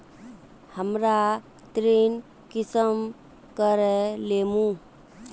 हमरा ऋण कुंसम करे लेमु?